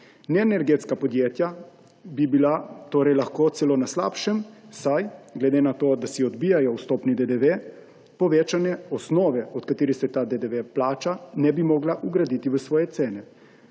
Neenergetska podjetja bi bila torej lahko celo na slabšem, saj glede na to, da si odbijajo vstopni DDV, povečanja osnove, od katere se ta DDV plača, ne bi mogla vgraditi v svoje cene.